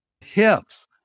hips